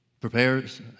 Prepares